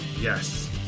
Yes